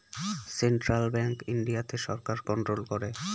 central bank ইন্ডিয়াতে সরকার control করে